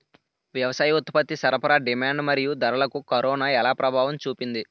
వ్యవసాయ ఉత్పత్తి సరఫరా డిమాండ్ మరియు ధరలకు కరోనా ఎలా ప్రభావం చూపింది